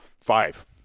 five